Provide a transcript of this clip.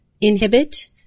inhibit